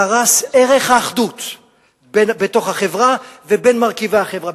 קרס ערך האחדות בתוך החברה ובין מרכיבי החברה.